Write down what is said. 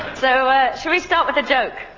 so shall we start with a joke?